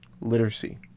literacy